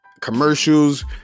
commercials